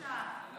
בושה.